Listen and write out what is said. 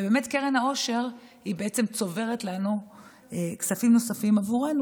וקרן העושר באמת צוברת לנו כספים נוספים עבורנו,